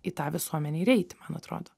į tą visuomenę ir eiti man atrodo